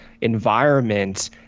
environment